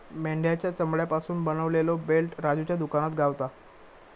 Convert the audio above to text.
मेंढ्याच्या चामड्यापासून बनवलेलो बेल्ट राजूच्या दुकानात गावता